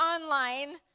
online